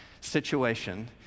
situation